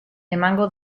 emango